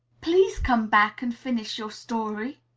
please come back and finish your story!